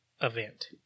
event